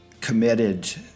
committed